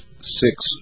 six